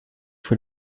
für